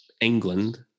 England